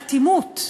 אטימות.